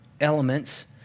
elements